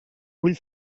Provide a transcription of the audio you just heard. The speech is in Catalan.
vull